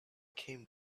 came